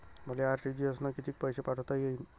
मले आर.टी.जी.एस न कितीक पैसे पाठवता येईन?